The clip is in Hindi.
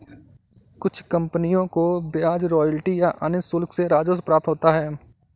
कुछ कंपनियों को ब्याज रॉयल्टी या अन्य शुल्क से राजस्व प्राप्त होता है